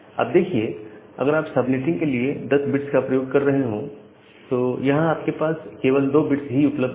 अब देखिए अगर आप सबनेटिंग के लिए 10 बिट्स का उपयोग कर रहे हो तो यहां आपके पास केवल 2 बिट्स ही उपलब्ध है